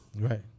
Right